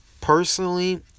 personally